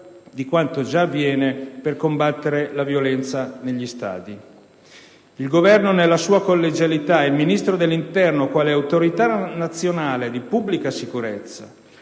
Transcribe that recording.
di quanto già avviene per combattere la violenza negli stadi. Il Governo nella sua collegialità e il Ministro dell'interno, quale autorità nazionale di pubblica sicurezza,